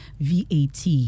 VAT